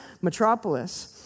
metropolis